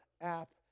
app